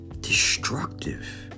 destructive